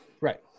Right